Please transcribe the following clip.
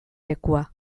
lekua